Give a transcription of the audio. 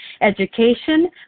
Education